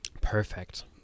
Perfect